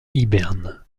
hiberne